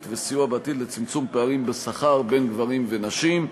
וסיוע לצמצום פערים בשכר בין גברים ונשים בעתיד.